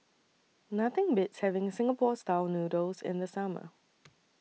Nothing Beats having Singapore Style Noodles in The Summer